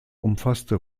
umfasste